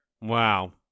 Wow